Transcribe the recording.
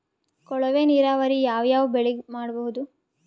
ಕೊಳವೆ ನೀರಾವರಿ ಯಾವ್ ಯಾವ್ ಬೆಳಿಗ ಮಾಡಬಹುದು?